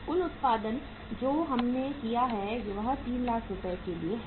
कुल उत्पादन जो हमने किया है वह 3 लाख रुपये के लिए है